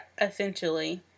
essentially